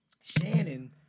Shannon